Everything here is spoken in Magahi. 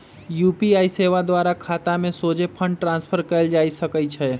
यू.पी.आई सेवा द्वारा खतामें सोझे फंड ट्रांसफर कएल जा सकइ छै